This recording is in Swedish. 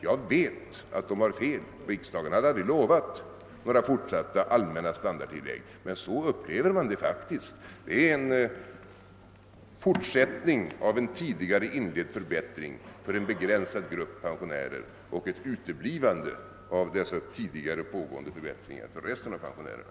Jag vet att de har fel; riksdagen hade aldrig lovat några fortsatta allmänna standardtillägg, men så upplever man det faktiskt. Pensionstillskotten innebär en fortsättning av en tidigare inledd förbättring för en begränsad grupp pensionärer och ett uteblivande av dessa tidigare förbättringar för resten av pensionärerna.